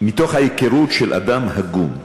מתוך ההיכרות של אדם הגון,